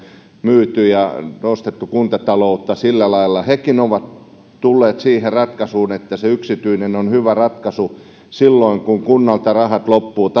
myyty ja nostettu kuntataloutta sillä lailla hekin ovat tulleet siihen ratkaisuun että se yksityinen on hyvä ratkaisu silloin kun kunnalta rahat loppuvat